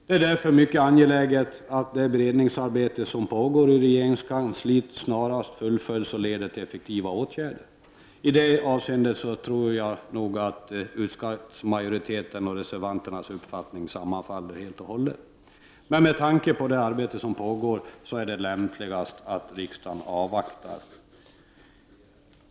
Det är därför mycket angeläget att det beredningsarbete som pågår i regeringskansliet snarast fullföljs och leder till effektiva åtgärder. I det avseendet tror jag att utskottsmajoritetens och reservanternas uppfattning sammanfaller helt och hållet, men med tanke på det arbete som pågår är det lämpligast att riksdagen avvaktar.